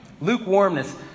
Lukewarmness